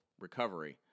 recovery